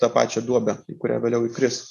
tą pačią duobę į kurią vėliau įkris